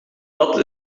dat